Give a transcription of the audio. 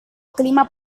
clima